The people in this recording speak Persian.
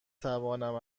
توانم